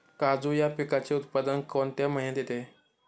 काजू या पिकाचे उत्पादन कोणत्या महिन्यात येते?